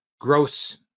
gross